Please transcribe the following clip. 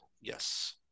Yes